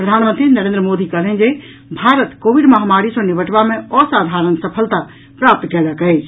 प्रधानमंत्री नरेन्द्र मोदी कहलनि जे भारत कोविड महामारी सँ निबटबा मे असाधारण सफलता प्राप्त कयलक अछि